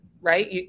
right